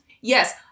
Yes